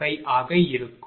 055 ஆக இருக்கும்